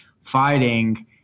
fighting